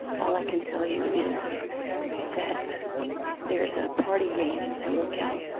all i can tell you is that there's a party game as i look out,